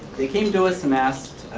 they came to us and asked,